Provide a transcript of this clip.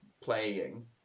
playing